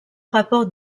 rapport